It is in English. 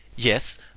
Yes